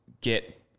get